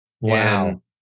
Wow